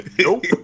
Nope